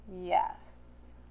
Yes